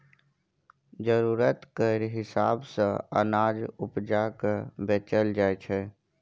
जरुरत केर हिसाब सँ अनाज उपजा केँ बेचल जाइ छै